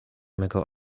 mego